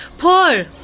paul